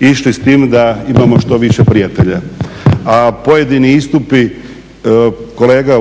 išli s tim da imamo što više prijatelja. A pojedini istupi kolega